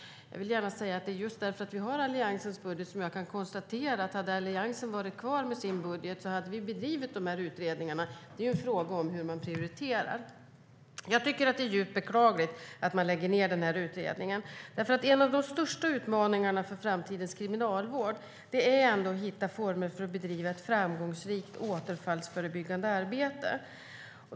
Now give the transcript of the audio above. Jag vill gärna säga att om Alliansen hade varit kvar vid makten skulle vi, med vår budget, ha genomfört utredningarna. Det är en fråga om prioritering. Det är djupt beklagligt att man lägger ned utredningen. En av de största utmaningarna för framtidens kriminalvård är att hitta former för att bedriva ett framgångsrikt återfallsförebyggande arbete.